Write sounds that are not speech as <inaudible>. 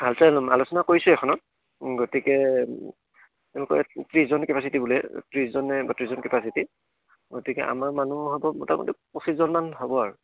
<unintelligible> আলোচনা কৰিছোঁ এখনত গতিকে তেওঁলোকৰ ত্ৰিছজন কেপাচিটি বোলে ত্ৰিছজনে বত্ৰিছজন কেপাচিটি গতিকে আমাৰ মানুহ হ'ব মোটামুটি পঁচিছজনমান হ'ব আৰু